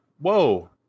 whoa